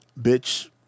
bitch